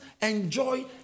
enjoy